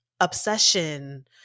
obsession